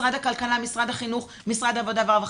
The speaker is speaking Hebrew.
משרד הכלכלה, משרד החינוך או משרד העבודה והרווחה.